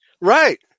Right